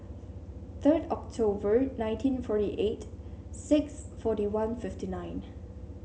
third October nineteen forty eight six forty one fifty nine